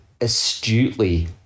astutely